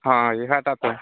ହଁ ସେଟା ତ